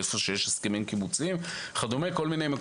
ואיפה שיש הסכמים קיבוציים וכד' כי